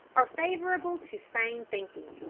are favourable to sane thinking.